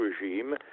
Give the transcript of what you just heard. regime